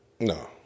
No